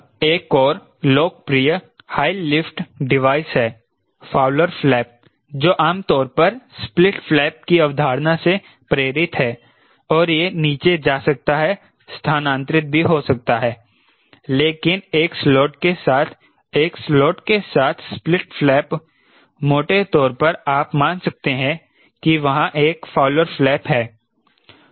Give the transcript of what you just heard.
यह एक और लोकप्रिय हाई लिफ्ट डिवाइस है फाउलर फ्लैप जो आमतौर पर स्प्लिट फ्लैप की अवधारणा से प्रेरित है और यह नीचे जा सकता है स्थानांतरित भी हो सकता है लेकिन एक स्लॉट के साथ एक स्लॉट के साथ स्प्लिट फ्लैप मोटे तौर पर आप मान सकते हैं कि वहां एक फाउलर फ्लैप है